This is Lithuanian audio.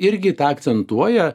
irgi tą akcentuoja